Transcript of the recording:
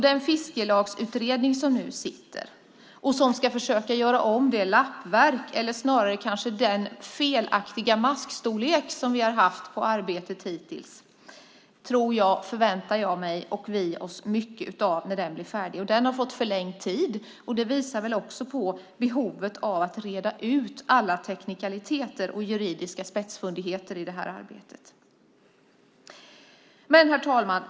Den fiskelagsutredning som nu pågår, som ska försöka göra om det lappverk eller snarare den felaktiga maskstorlek som vi har haft på arbetet hittills, väntar vi alla oss mycket av. Utredningen har fått förlängd tid, och det visar väl också på behovet av att reda ut alla teknikaliteter och juridiska spetsfundigheter i det här arbetet. Herr talman!